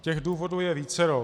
Těch důvodů je vícero.